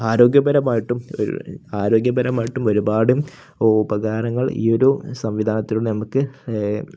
ആരോഗ്യപരമായിട്ടും ആരോഗ്യപരമായിട്ടും ഒരുപാട് ഉപകാരങ്ങൾ ഈ ഒരു സംവിധാനത്തിലൂടെ നമുക്ക്